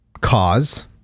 cause